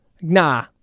Nah